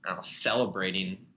celebrating